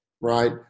right